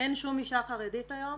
אין שום אישה חרדית היום